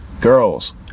girls